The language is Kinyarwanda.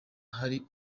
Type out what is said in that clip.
hari